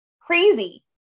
crazy